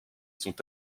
sont